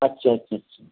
আচ্চা আচ্চা